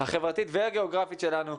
החברתית והגיאוגרפית שלנו,